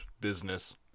business